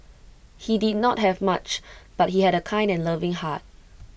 he did not have much but he had A kind and loving heart